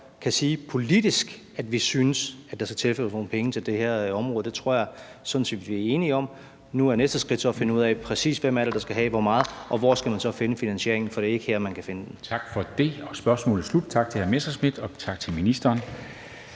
kan sige politisk, at vi synes, at der skal tilføres nogle penge til det her område. Det tror jeg sådan set vi er enige om. Nu er næste skridt så at finde ud af, præcis hvem det er, der skal have hvor meget, og hvor man så skal finde finansieringen, for det er ikke her, man kan finde den. Kl. 13:47 Formanden (Henrik Dam Kristensen): Tak for det, spørgsmålet er slut. Tak til hr. Morten Messerschmidt, og tak til ministeren.